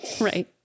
Right